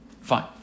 Fine